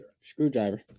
Screwdriver